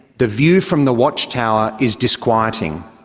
the view from the watch tower is disquieting.